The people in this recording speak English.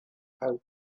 how